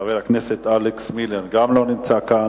חבר הכנסת אלכס מילר, גם לא נמצא כאן.